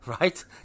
Right